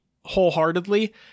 wholeheartedly